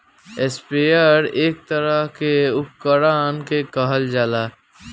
sprayer एक तरह के उपकरण के कहल जाला